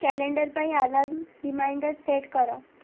calendar ପାଇଁ alarm reminder set କର